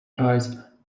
ice